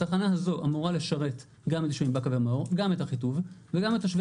התחנה הזו אמורה לשרת גם את הישובים באקה ומאור,